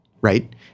right